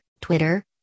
Twitter